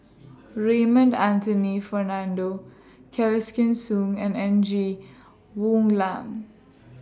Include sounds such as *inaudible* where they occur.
Raymond Anthony Fernando *unintelligible* Soon and N G Woon Lam